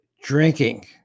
drinking